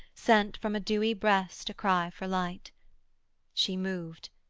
sent from a dewy breast a cry for light she moved,